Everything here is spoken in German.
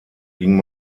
ging